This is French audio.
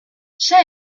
chat